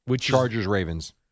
Chargers-Ravens